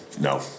No